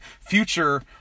future